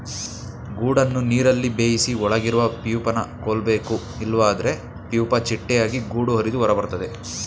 ಗೂಡನ್ನು ನೀರಲ್ಲಿ ಬೇಯಿಸಿ ಒಳಗಿರುವ ಪ್ಯೂಪನ ಕೊಲ್ಬೇಕು ಇಲ್ವಾದ್ರೆ ಪ್ಯೂಪ ಚಿಟ್ಟೆಯಾಗಿ ಗೂಡು ಹರಿದು ಹೊರಬರ್ತದೆ